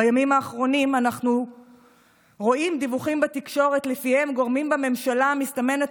בימים האחרונים אנחנו רואים דיווחים בתקשורת שלפיהם גורמים בממשלה המסתמנת